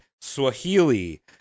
Swahili